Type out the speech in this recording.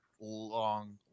long